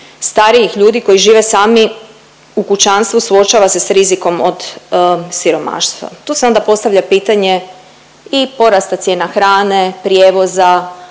starijih ljudi koji žive sami u kućanstvu suočava se s rizikom od siromaštva. Tu se onda postavlja pitanje i porasta cijena hrane, prijevoza,